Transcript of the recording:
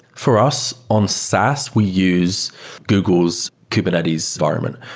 for us, on saas, we use google's kubernetes environment.